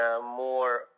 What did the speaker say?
more